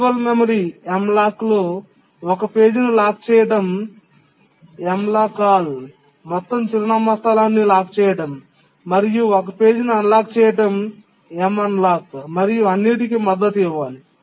virtual memory లో ఒక పేజీని లాక్ చేయడం మొత్తం చిరునామా స్థలాన్ని లాక్ చేయడం మరియు ఒక పేజీని అన్లాక్ చేయాల్సిన మరియు అన్నింటికీ మద్దతు ఇవ్వాలి